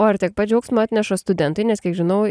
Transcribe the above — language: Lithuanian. o ar tiek pat džiaugsmo atneša studentai nes kiek žinau